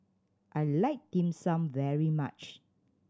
I like Dim Sum very much